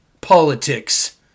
politics